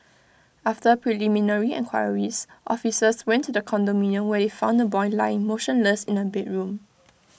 after preliminary enquiries officers went to the condominium where IT found the boy lying motionless in A bedroom